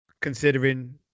considering